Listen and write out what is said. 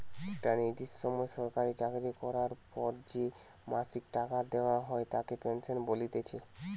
একটা নির্দিষ্ট সময় সরকারি চাকরি করার পর যে মাসিক টাকা দেওয়া হয় তাকে পেনশন বলতিছে